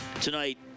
tonight